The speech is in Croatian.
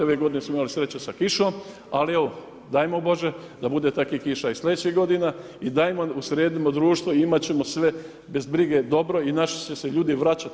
Ove godine smo imali sreće sa kišom ali evo dajmo Bože da bude takvih kiša i sljedećih godina i dajmo sredimo društvo i imati ćemo sve bez brige dobro i naši će se ljudi vraćati.